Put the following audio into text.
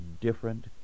different